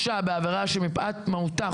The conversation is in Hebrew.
בעבירה שמפאת מהותה,